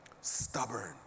Stubborn